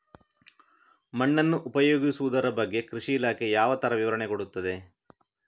ಮಣ್ಣನ್ನು ಉಪಯೋಗಿಸುದರ ಬಗ್ಗೆ ಕೃಷಿ ಇಲಾಖೆ ಯಾವ ತರ ವಿವರಣೆ ಕೊಡುತ್ತದೆ?